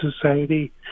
Society